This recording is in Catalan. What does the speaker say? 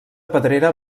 pedrera